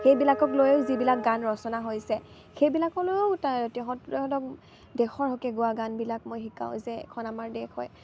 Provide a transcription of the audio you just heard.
সেইবিলাকক লৈয়ো যিবিলাক গান ৰচনা হৈছে সেইবিলাকলৈও তেহেঁতক দেশৰ হকে গোৱা গানবিলাক মই শিকাওঁ যে এইখন আমাৰ দেশ হয়